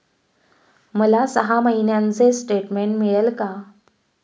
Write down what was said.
मला सहा महिन्यांचे स्टेटमेंट मिळेल का?